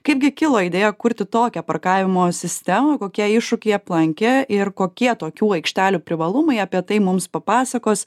kaipgi kilo idėja kurti tokią parkavimo sistemą kokie iššūkiai aplankė ir kokie tokių aikštelių privalumai apie tai mums papasakos